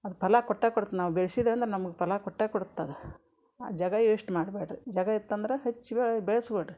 ಅದು ಫಲ ಕೊಟ್ಟೇ ಕೊಡತ್ತೆ ನಾವು ಬೆಳ್ಸಿದ್ದೇವೆ ಅಂದ್ರೆ ನಮ್ಗೆ ಫಲ ಕೊಟ್ಟೇ ಕೊಡುತ್ತೆ ಅದು ಜಾಗ ಯೇಶ್ಟ್ ಮಾಡ್ಬೇಡ್ರಿ ಜಾಗ ಇತ್ತಂದರೆ ಹೆಚ್ ಬೆಳ್ ಬೆಳೆಸ್ಕೊಳ್ರಿ